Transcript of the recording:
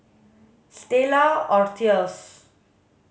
Stella Artois